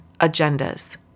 agendas